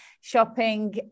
shopping